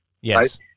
Yes